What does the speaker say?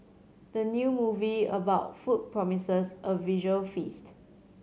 the new movie about food promises a visual feast